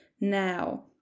Now